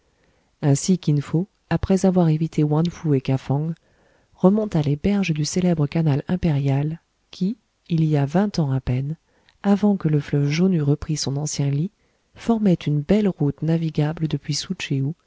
ainsi kin fo après avoir évité houan fou et cafong remonta les berges du célèbre canal impérial qui il y a vingt ans à peine avant que le fleuve jaune eût repris son ancien lit formait une belle route navigable depuis